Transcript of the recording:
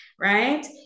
right